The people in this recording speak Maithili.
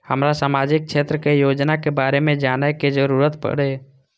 हमरा सामाजिक क्षेत्र के योजना के बारे में जानय के जरुरत ये?